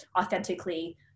authentically